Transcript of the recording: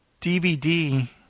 DVD